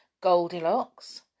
Goldilocks